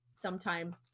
sometime